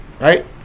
right